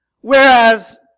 Whereas